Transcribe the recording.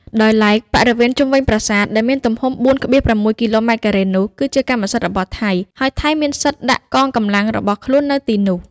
ដោយឡែក បរិវេណជុំវិញប្រាសាទ ដែលមានទំហំ៤,៦គីឡូម៉ែត្រការ៉េនោះ គឺជាកម្មសិទ្ធិរបស់ថៃ ហើយថៃមានសិទ្ធិដាក់កងកម្លាំងរបស់ខ្លួន នៅទីនោះ។